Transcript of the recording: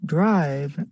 Drive